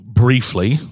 Briefly